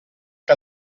que